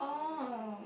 oh